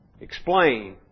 explain